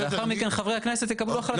לאחר מכן חברי הכנסת יקבלו החלטה.